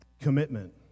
Commitment